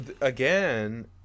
again